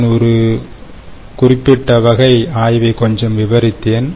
நான் ஒரு குறிப்பிட்டவகை ஆய்வை கொஞ்சம் விவரித்தேன்